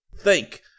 Think